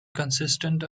consistent